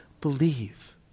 believe